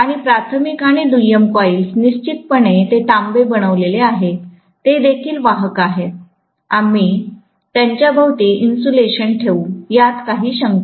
आणि प्राथमिक आणि दुय्यम कॉइल्स निश्चितपणे ते तांबे बनलेले आहेत ते देखील वाहक आहेत आम्ही त्यांच्या भोवती इन्सुलेशन ठेवू यात काही शंका नाही